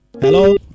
Hello